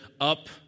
up